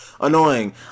annoying